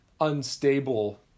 unstable